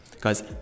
Guys